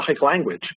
language